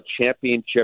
championship